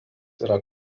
yra